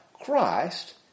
Christ